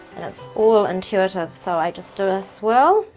and it's all intuitive, so i just do a swirl.